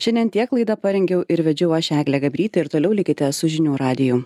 šiandien tiek laidą parengiau ir vedžiau aš eglė gabrytė ir toliau likite su žinių radiju